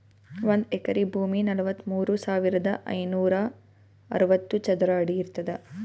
ಒಂದ್ ಎಕರಿ ಭೂಮಿ ನಲವತ್ಮೂರು ಸಾವಿರದ ಐನೂರ ಅರವತ್ತು ಚದರ ಅಡಿ ಇರ್ತದ